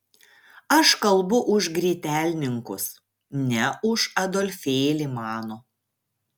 aš kalbu už grytelninkus ne už adolfėlį mano